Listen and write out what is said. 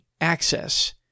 access